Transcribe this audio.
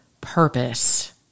purpose